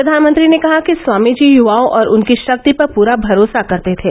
प्रधानमंत्री ने कहा कि स्वामीजी यूवाओं और उनकी शक्ति पर पूरा भरोसा करते थे